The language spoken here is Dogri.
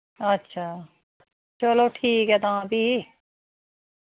अच्छा चलो ठीक ऐ तां फ्ही